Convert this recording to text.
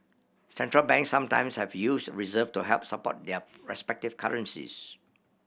Central Banks sometimes have used reserve to help support their respective currencies